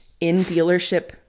in-dealership